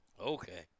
Okay